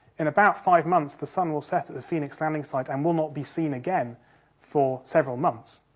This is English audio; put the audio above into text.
in about five months, the sun will set at the phoenix landing site and will not be seen again for several months.